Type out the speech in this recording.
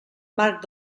marc